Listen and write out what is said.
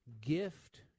gift